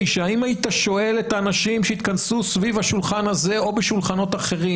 אם היית שואל את האנשים שהתכנסו סביב השולחן הזה או בשולחנות אחרים,